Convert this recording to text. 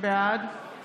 בעד